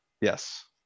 Yes